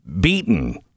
beaten